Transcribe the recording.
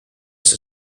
its